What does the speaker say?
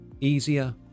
Easier